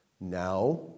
now